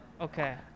Okay